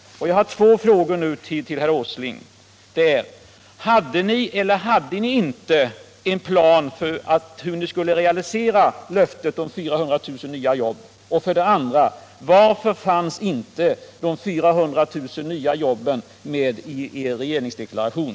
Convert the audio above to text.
Jag har två frågor till herr Åsling: Hade ni eller hade ni inte en plan för att realisera löftet om 400 000 nya jobb? Och varför fanns inte de 400 000 nya jobben med i er regeringsdeklaration?